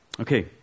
Okay